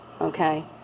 Okay